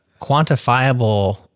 quantifiable